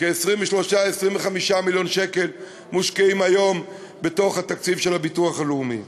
23 25 מיליון שקלים מושקעים היום בתוך התקציב של הביטוח הלאומי.